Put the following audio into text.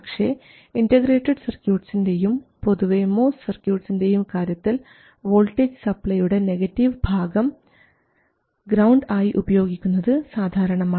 പക്ഷേ ഇൻറഗ്രേറ്റഡ് സർക്യൂട്ട്സിൻറെയും പൊതുവേ മോസ് സർക്യൂട്ട്സിൻറെയും കാര്യത്തിൽ വോൾട്ടേജ് സപ്ലൈയുടെ നെഗറ്റീവ് ഭാഗം ഗ്രൌണ്ട് ആയി ഉപയോഗിക്കുന്നത് സാധാരണമാണ്